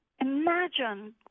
Imagine